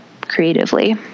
creatively